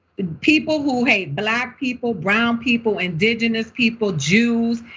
people who hate black people, brown people, indigenous people, jews,